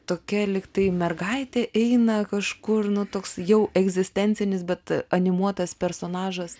tokia lyg tai mergaitė eina kažkur nu toks jau egzistencinis bet animuotas personažas